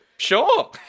Sure